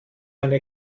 eine